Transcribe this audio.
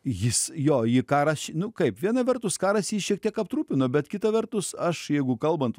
jis jo į karą aš nu kaip viena vertus karas jį šiek tiek aptrupino bet kita vertus aš jeigu kalbant